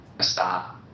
stop